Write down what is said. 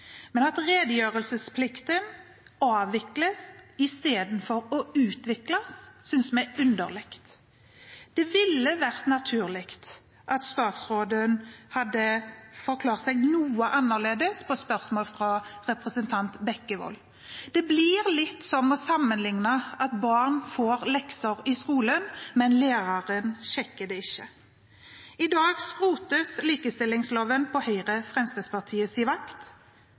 Men at redegjørelsesplikten avvikles i stedet for å utvikles, synes vi er underlig. Det ville vært naturlig at statsråden hadde forklart seg noe annerledes på spørsmål fra representanten Bekkevold. Det kan sammenlignes med at barn får lekser i skolen, men læreren sjekker dem ikke. I dag skrotes likestillingsloven på Høyre og Fremskrittspartiets vakt. Det er ikke noe annet å si